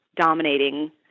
dominating